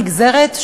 נגזרת,